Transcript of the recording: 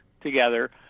together